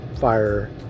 fire